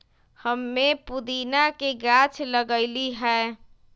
हम्मे पुदीना के गाछ लगईली है